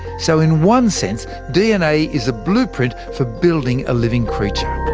so in one sense, dna is a blueprint for building a living creature.